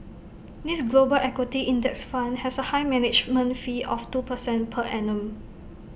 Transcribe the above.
this global equity index fund has A high management fee of two percent per annum